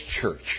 church